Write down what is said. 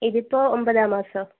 ഇതിപ്പോൾ ഒൻപതാം മാസം